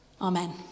amen